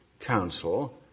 Council